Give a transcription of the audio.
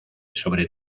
sobre